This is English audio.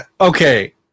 okay